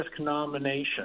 nomination